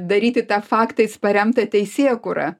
daryti tą faktais paremtą teisėkūrą